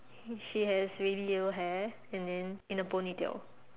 she has really yellow hair and then in a ponytail